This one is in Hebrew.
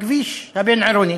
הכביש הבין-עירוני